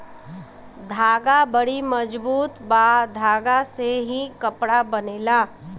धागा बड़ी मजबूत बा धागा से ही कपड़ा बनेला